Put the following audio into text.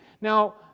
Now